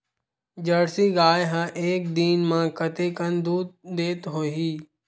Jersey गाय ह एक दिन म कतेकन दूध देत होही?